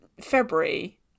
february